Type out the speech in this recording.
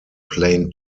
plain